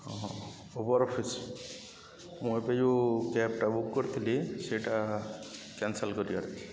ହଁ Uber office ମୁଁ ଏବେ ଯେଉଁ କ୍ୟାବ୍ଟା ବୁକ୍ କରିଥିଲି ସେଇଟା କ୍ୟାନସଲ୍ କରିବା